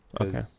Okay